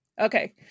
Okay